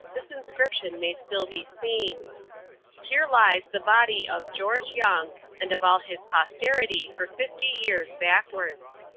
this inscription may still be seen here lies the body of george young and of all his posterity for fifty years backwards.